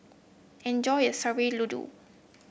enjoy your Sayur Lodeh